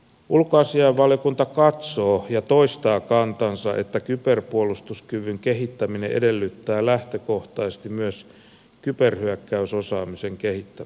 ulkoasiainvaliokunta katsoo ja toistaa kantansa että kyberpuolustuskyvyn kehittäminen edellyttää lähtökohtaisesti myös kyberhyökkäysosaamisen kehittämistä